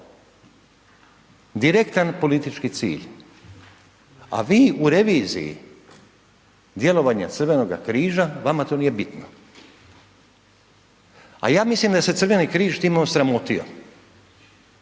direktan politički cilj, a vi u reviziji djelovanja Crvenoga križa, vama to nije bitno, a ja mislim da je se Crveni križ time osramotio,